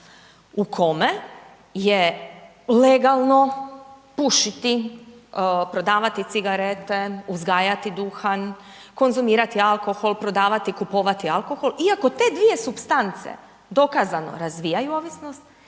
u kome je legalno pušiti, prodavati cigarete, uzgajati duhan, konzumirati alkohol prodavati, kupovati alkohol iako te dvije supstance, dokazano, razvijaju ovisnost